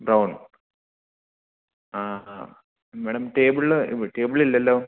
brown ആ ആ madam ടേബിളില് ടേബിളില്ലല്ലോ